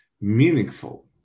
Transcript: meaningful